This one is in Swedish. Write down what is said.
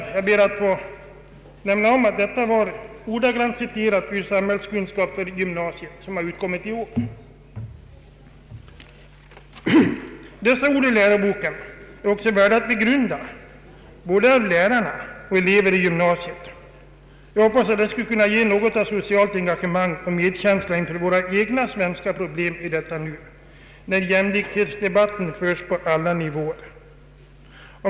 Jag ber att få nämna att detta var ordagrant citerat ur Samhällskunskap för gymnasiet, som utkommit i år. Dessa ord ur läroboken är också värda att begrunda både av lärarna och av eleverna i gymnasiet. Jag hoppas att det skall kunna ge något av socialt engagemang och medkänsla inför våra egna svenska problem i detta nu, när jämlikhetsdebatten förs på alla nivåer.